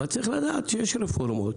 צריך לדעת שיש רפורמות